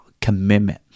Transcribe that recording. commitment